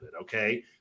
okay